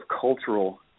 cultural